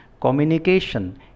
communication